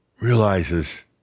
realizes